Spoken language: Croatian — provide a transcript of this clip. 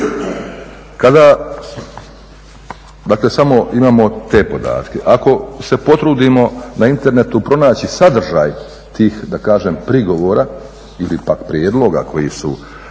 Kada, dakle samo imamo te podatke, ako se potrudimo na internetu pronaći sadržaj tih, da kažem, prigovora ili pak prijedloga koji su